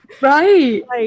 right